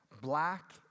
Black